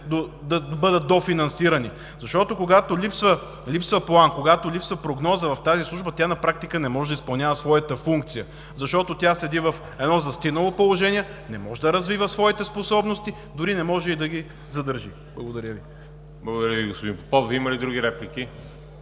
да бъдат дофинансирани. Когато липсва план, когато липсва прогноза в тази служба, тя на практика не може да изпълнява своята функция, защото тя седи в едно застинало положение, не може да развива своите способности, дори не може и да ги задържи. Благодаря Ви. ПРЕДСЕДАТЕЛ ВАЛЕРИ ЖАБЛЯНОВ: Благодаря Ви, господин Попов. Има ли други реплики